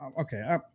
okay